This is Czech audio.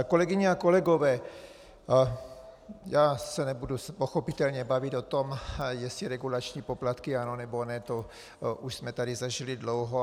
Kolegyně a kolegové, já se nebudu pochopitelně bavit o tom, jestli regulační poplatky ano, nebo ne, to už jsme tady zažili dlouho.